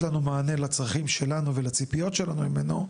לנו מענה לצרכים שלנו ולציפיות שלנו ממנו,